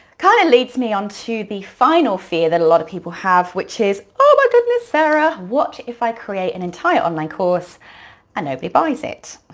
kinda leads me onto the final fear that a lot of people have, which is, oh my goodness, sarah, what if i create an entire online course and nobody buys it?